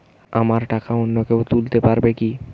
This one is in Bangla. আমার টাকা অন্য কেউ তুলতে পারবে কি?